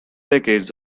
decades